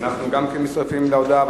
גם אנחנו מצטרפים להודעה,